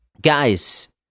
guys